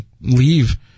leave